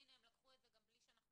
והנה הם לקחו את זה גם בלי שאנחנו